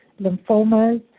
lymphomas